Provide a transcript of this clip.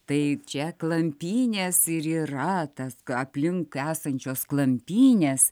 tai čia klampynės ir yra tas aplink esančios klampynės